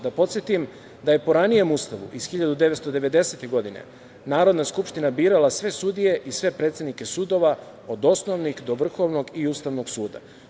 Da podsetim da je po ranijem Ustavu iz 1990. godine Narodna skupština birala sve sudije i sve predsednike sudova od osnovnih do Vrhovnog i Ustavnog suda.